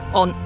on